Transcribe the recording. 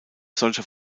solcher